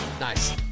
Nice